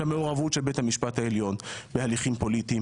שהמעורבות של בית המשפט העליון בהליכים פוליטיים